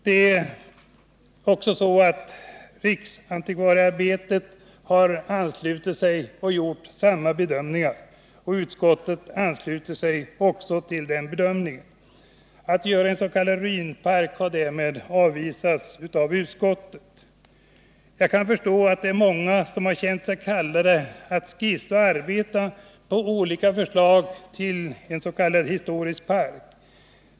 Samma bedömning har riksantikvarieämbetet gjort, och även utskottet ansluter sig till denna bedömning. Förslaget att man skulle göra ens.k. ruinpark har därmed avvisats av utskottet. Jag kan förstå att det är många som känt sig kallade att skissa på och arbeta fram olika förslag till en historisk park.